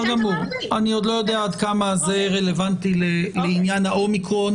אני עוד לא יודע עד כמה זה רלוונטי לעניין ה-אומיקרון